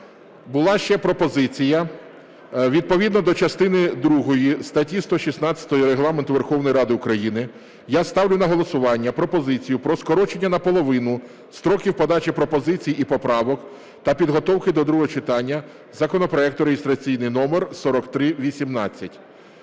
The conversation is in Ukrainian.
Була ще пропозиція. Відповідно до частини другої статті 116 Регламенту Верховної Ради України, я ставлю на голосування пропозицію про скорочення наполовину строків подачі пропозицій і поправок та підготовки до другого читання законопроекту (реєстраційний номер 4318).